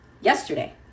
yesterday